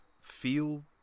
feel